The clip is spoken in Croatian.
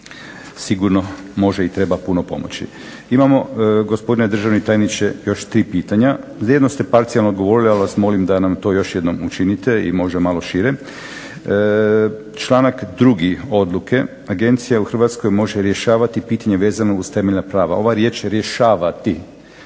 sigurno može i treba puno pomoći. Imamo gospodine državni tajniče još tri pitanja. Vrijedno ste parcijalno odgovorili ali vas molim da nam to još jednom učinite i možda malo šire. Članak 2. odluke "Agencija u HRvatskoj može rješavati pitanje vezano uz temeljna prava". Ova riječ rješavati,